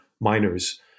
miners